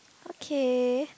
okay